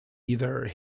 either